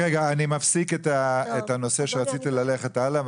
אני מפסיק את הנושא שרציתי ללכת הלאה,